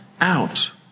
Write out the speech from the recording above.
out